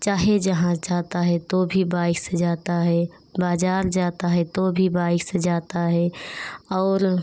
चाहे जहाँ जाता है तो भी बाइक से जाता है बाज़ार जाता है तो भी बाइक से जाता है और